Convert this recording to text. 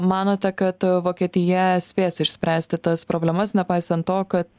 manote kad vokietija spės išspręsti tas problemas nepaisant to kad